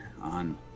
on